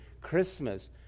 Christmas